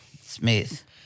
Smith